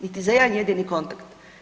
Niti za jedan jedini kontak.